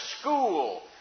School